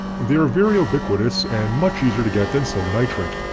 they are very ubiquitous and much easier to get than silver nitrate.